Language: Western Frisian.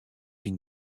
syn